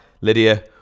Lydia